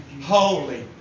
Holy